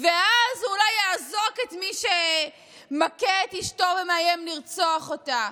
ואז אולי הוא יאזוק את מי שמכה את אשתו ומאיים לרצוח אותה.